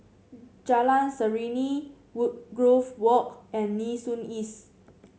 Jalan Serene Woodgrove Walk and Nee Soon East